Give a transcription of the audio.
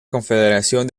confederación